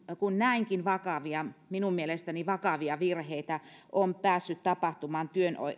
kun näinkin vakavia minun mielestäni vakavia virheitä on päässyt tapahtumaan